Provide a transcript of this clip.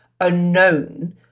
unknown